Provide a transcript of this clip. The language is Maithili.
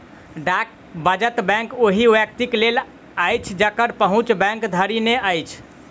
डाक वचत बैंक ओहि व्यक्तिक लेल अछि जकर पहुँच बैंक धरि नै अछि